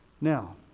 Now